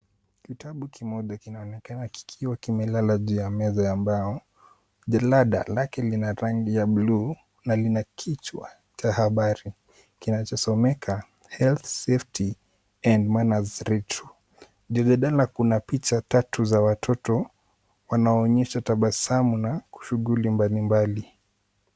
Kitabu kimoja kinaonekana kikiwa kimelala juu ya meza ya mbao jalada lake lina rangi ya buluu na lina kichwa cha habari kinachosomeka health, safety and manners reader 2 chini kuna picha tatu za watoto wanaoonyesha tabasamu na shughuli mbalimbali.